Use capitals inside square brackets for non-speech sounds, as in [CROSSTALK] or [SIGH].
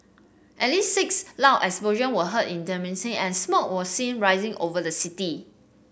at least six loud explosion were heard in [UNINTELLIGIBLE] and smoke was seen rising over the city